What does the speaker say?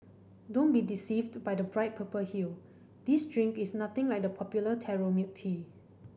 don't be deceived by the bright purple hue this drink is nothing like the popular taro milk tea